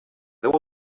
there